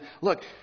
look